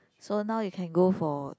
so now you can go for